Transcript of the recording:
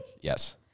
Yes